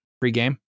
Pre-game